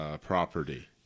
Property